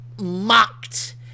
mocked